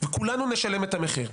וכולנו נשלם את המחיר.